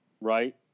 right